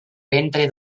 ventre